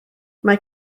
mae